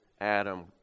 Adam